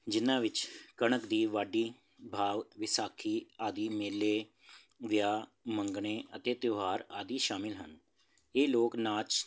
ਜਿਨ੍ਹਾਂ ਵਿੱਚ ਕਣਕ ਦੀ ਵਾਢੀ ਭਾਵ ਵਿਸਾਖੀ ਆਦਿ ਮੇਲੇ ਵਿਆਹ ਮੰਗਣੇ ਅਤੇ ਤਿਉਹਾਰ ਆਦਿ ਸ਼ਾਮਿਲ ਹਨ ਇਹ ਲੋਕ ਨਾਚ